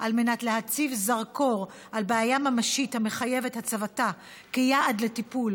על מנת להציב זרקור על בעיה ממשית המחייבת את הצבתה כיעד לטיפול,